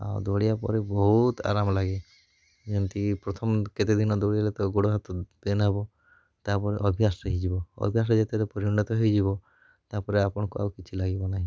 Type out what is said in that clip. ଆଉ ଦଉଡ଼ିବା ପରେ ବହୁତ ଆରମ ଲାଗେ ଯେମତିକି ପ୍ରଥମ କେତେଦିନ ଦଉଡ଼ିଲେ ତ ଗୋଡ଼ ହାତ ପେନ୍ ହବ ତା' ପରେ ଅଭ୍ୟାସ ହେଇଯିବ ଅଭ୍ୟାସରେ ଯେତେବେଳେ ପରିଣତ ହେଇଯିବ ତା' ପରେ ଆପଣଙ୍କୁ ଆଉ କିଛି ଲାଗିବ ନାହିଁ